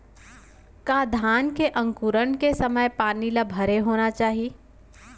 का धान के अंकुरण के समय पानी ल भरे होना चाही?